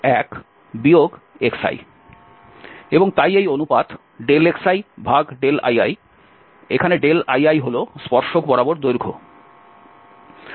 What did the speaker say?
এবং তাই এই অনুপাত xili এখানে liহল স্পর্শক বরাবর দৈর্ঘ্য